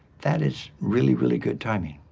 that is really really good timing.